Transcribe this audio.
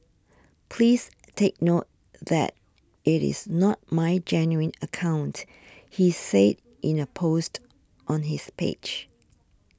please take note that it is not my genuine account he said in a post on his page